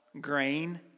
grain